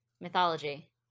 mythology